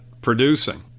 producing